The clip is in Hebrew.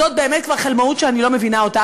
זאת באמת כבר חלמאות שאני לא מבינה אותה.